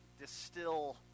distill